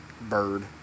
bird